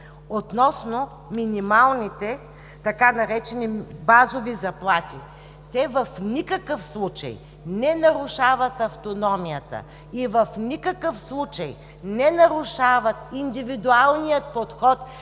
Относно минималните, така наречени „базови заплати“. Те в никакъв случай не нарушават автономията и в никакъв случай не нарушават индивидуалния подход